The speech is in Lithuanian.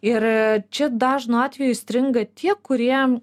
ir čia dažnu atveju įstringa tie kurie